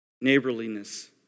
Neighborliness